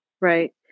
Right